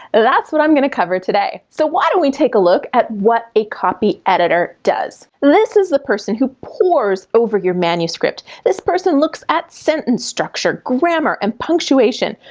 that's what i'm gonna cover today. today. so why don't we take a look at what a copy editor does? this is the person who pours over your manuscript. this person looks at sentence structure, grammar and punctuation.